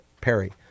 Perry